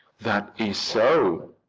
that is so.